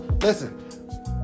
Listen